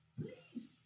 please